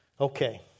Okay